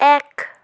এক